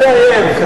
אל תאיים.